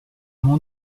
mon